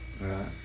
right